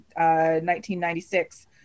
1996